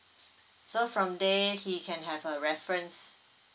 s~ so from there he can have a reference